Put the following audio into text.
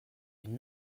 une